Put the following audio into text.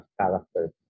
character